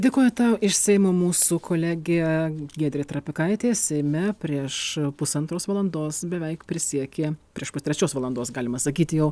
dėkoju tau iš seimo mūsų kolegė giedrė trapikaitė seime prieš pusantros valandos beveik prisiekė prieš pustrečios valandos galima sakyti jau